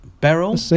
beryl